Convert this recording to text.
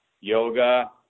yoga